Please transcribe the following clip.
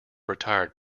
retired